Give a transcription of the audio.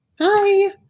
Hi